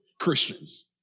Christians